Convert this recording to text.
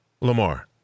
Lamar